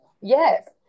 yes